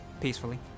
peacefully